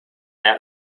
that